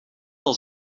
als